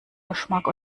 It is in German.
geschmack